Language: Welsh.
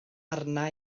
arna